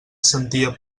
sentia